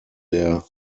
der